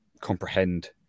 comprehend